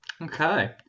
Okay